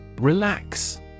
Relax